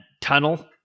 tunnel